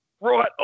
right